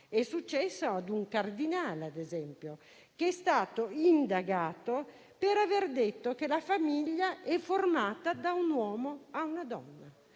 È successo a un cardinale, ad esempio, che è stato indagato per aver detto che la famiglia è formata da un uomo e da una donna.